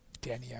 Danny